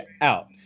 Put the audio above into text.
out